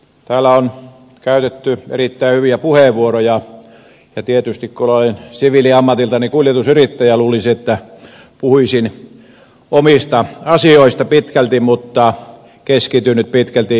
täällä on käytetty erittäin hyviä puheenvuoroja ja tietysti kun olen siviiliammatiltani kuljetusyrittäjä luulisi että puhuisin omista asioista pitkälti mutta keskityn nyt pitkälti joukkoliikenteeseen